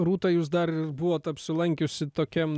rūta jūs dar ir buvot apsilankiusi tokiam